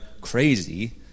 crazy